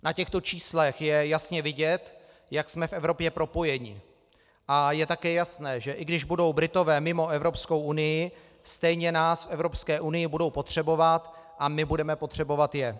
Na těchto číslech je jasně vidět, jak jsme v Evropě propojeni, a je také jasné, že i když budou Britové mimo Evropskou unii, stejně nás v Evropské unii budou potřebovat a my budeme potřebovat je.